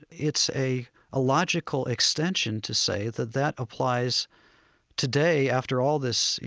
it's a a logical extension to say that that applies today after all this, you